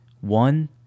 One